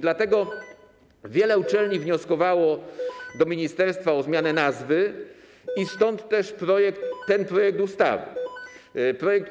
Dlatego wiele uczelni wnioskowało do ministerstwa o zmianę nazwy i stąd też ten projekt